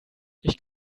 ich